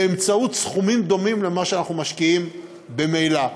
באמצעות סכומים דומים למה שאנחנו משקיעים ממילא.